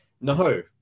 no